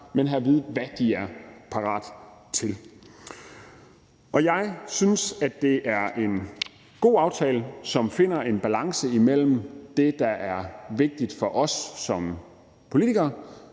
men have at vide, hvad de er parat til, og jeg synes, at det er en god aftale, som finder en balance imellem det, der er vigtigt for os som politikere,